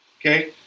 okay